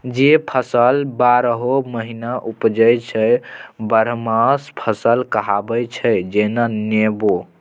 जे फसल बारहो महीना उपजै छै बरहमासा फसल कहाबै छै जेना नेबो